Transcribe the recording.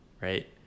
right